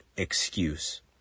excuse